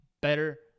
better